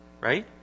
right